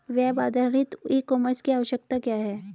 Web आधारित e commerce की आवश्यकता क्या है?